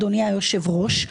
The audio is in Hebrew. אדוני היושב-ראש,